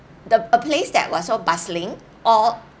the a place that was so bustling all